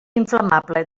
inflamable